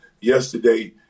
yesterday